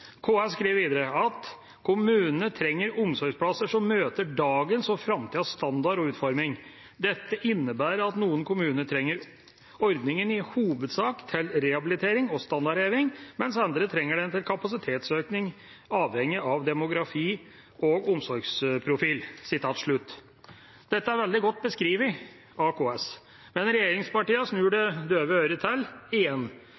KS skriver videre: «Kommunene trenger omsorgsplasser som møter dagens og fremtidens krav til standard og utforming. Det innebærer at noen kommuner trenger tilskuddsordningen i hovedsak til rehabilitering og standardheving, mens andre trenger den til kapasitetsøkning, avhengig av demografi og omsorgsprofil.» Dette er veldig godt beskrevet av KS. Men